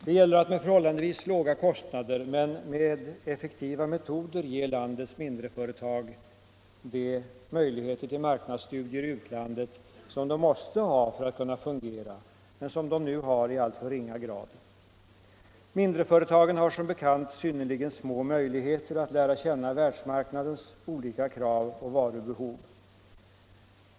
Det gäller att till förhållandevis låga kostnader men med effektiva metoder ge landets mindreföretag de möjligheter till marknadsstudier i utlandet som de måste ha för att kunna fungera men som de nu har i alltför ringa grad. Mindreföretagen har som bekant synnerligen små möjligheter att lära känna världsmarknadens olika krav och varubehov.